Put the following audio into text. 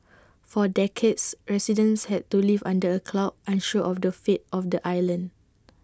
for decades residents had to live under A cloud unsure of the fate of the island